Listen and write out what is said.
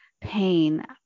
pain